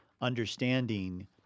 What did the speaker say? understanding